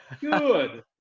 Good